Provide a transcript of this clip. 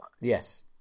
Yes